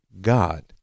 God